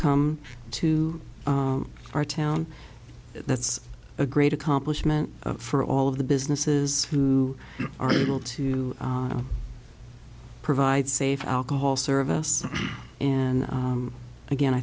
come to our town that's a great accomplishment for all of the businesses who are able to provide safe alcohol service and again i